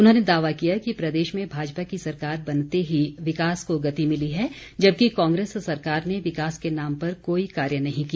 उन्होंने दावा किया कि प्रदेश में भाजपा की सरकार बनते ही विकास को गति मिली है जबकि कांग्रेस सरकार ने विकास के नाम पर कोई कार्य नहीं किया